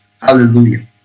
Hallelujah